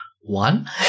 one